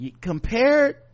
compared